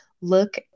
look